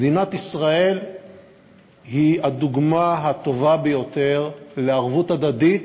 מדינת ישראל היא הדוגמה הטובה ביותר לערבות הדדית.